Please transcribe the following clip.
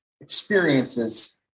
experiences